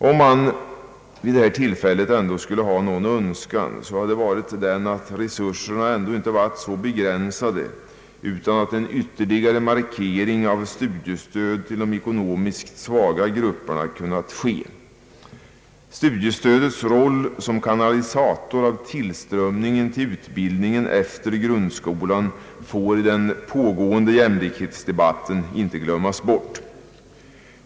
Om man vid detta tillfälle skulle uttala en önskan så innebär den att om resurserna ändå inte varit så begränsade borde en ytterligare markering av studiestödet till de ekonomiskt svaga grupperna ske. Studiestödets betydelse för att kanalisera tillströmningen av studerande efter grundskolans slut får i den pågående jämlikhetsdebatten inte glömmas bort.